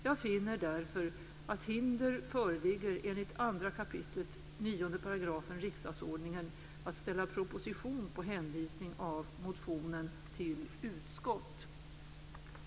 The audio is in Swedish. Jag finner därför att hinder föreligger enligt 2 kap. 9 § riksdagsordningen för att ställa proposition på hänvisning av motionen till utskott.